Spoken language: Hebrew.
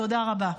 תודה רבה.